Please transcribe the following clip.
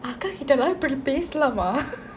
அக்கா கிட்டெல்லாம் இப்படி பேசலாமா:akka kittellam ippadi pesalama